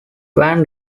van